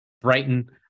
Brighton